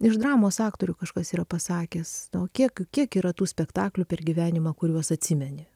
iš dramos aktorių kažkas yra pasakęs to kiek kiek yra tų spektaklių per gyvenimą kuriuos atsimeni